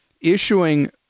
issuing